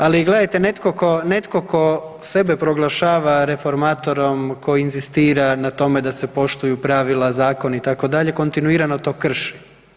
Ali gledajte, netko tko sebe proglašava reformatorom, koji inzistira na tome da se poštuju pravila, zakoni, itd., kontinuirano to krši.